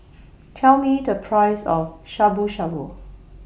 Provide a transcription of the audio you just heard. Tell Me The Price of Shabu Shabu